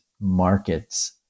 markets